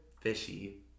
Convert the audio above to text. Fishy